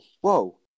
Whoa